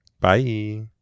Bye